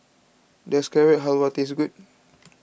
does Carrot Halwa taste good